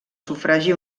sufragi